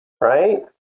right